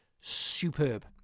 superb